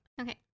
Okay